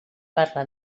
parla